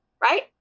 Right